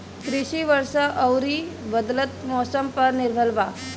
कृषि वर्षा आउर बदलत मौसम पर निर्भर बा